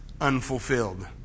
unfulfilled